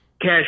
Cash